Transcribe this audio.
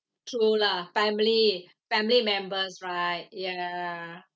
true lah family family members right ya